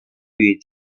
read